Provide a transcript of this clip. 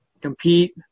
compete